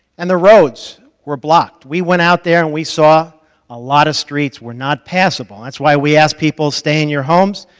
and the roads were blocked. we went out there and we saw a lot of streets were not passable, and that's why we asked people stay in your homes.